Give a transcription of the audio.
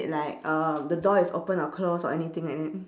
like uh the door is open or close or anything like that